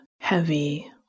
heavy